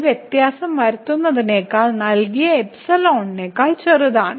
ഈ വ്യത്യാസം വരുത്തുന്നതിന് നൽകിയ എപ്സിലോണിനേക്കാൾ ചെറുതാണ്